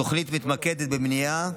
התוכנית מתמקדת במניעה,